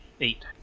Eight